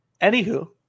Anywho